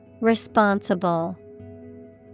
Responsible